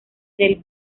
del